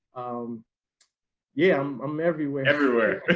um yeah, i'm everywhere everywhere.